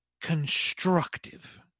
constructive